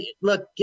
look